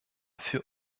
für